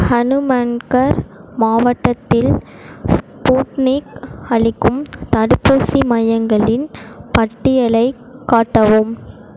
ஹனுமன்கர் மாவட்டத்தில் ஸ்புட்னிக் அளிக்கும் தடுப்பூசி மையங்களின் பட்டியலைக் காட்டவும்